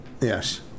Yes